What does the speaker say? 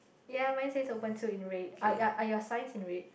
ya mine says open too in red are ya are your signs in red